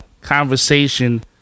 conversation